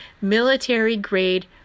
military-grade